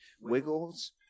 Wiggles